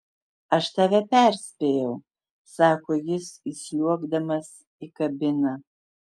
aš tave perspėjau sako jis įsliuogdamas į kabiną